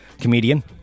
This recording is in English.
comedian